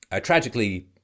tragically